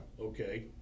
Okay